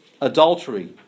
Adultery